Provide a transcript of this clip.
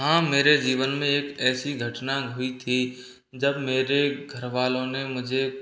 हाँ मेरे जीवन में एक ऐसी घटना हुई थी जब मेरे घर वालों ने मुझे